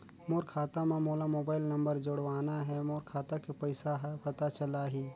मोर खाता मां मोला मोबाइल नंबर जोड़वाना हे मोर खाता के पइसा ह पता चलाही?